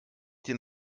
den